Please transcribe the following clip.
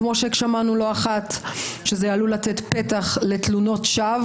כמו ששמענו לא אחת שזה עלול לתת פתח לתלונות שווא,